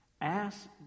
Ask